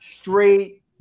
straight